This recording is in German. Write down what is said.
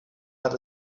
hat